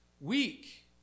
weak